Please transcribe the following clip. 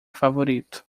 favorito